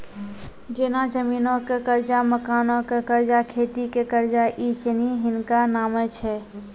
जेना जमीनो के कर्जा, मकानो के कर्जा, खेती के कर्जा इ सिनी हिनका नामे छै